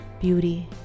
beauty